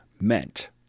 meant